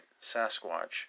Sasquatch